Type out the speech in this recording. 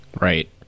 Right